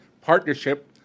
partnership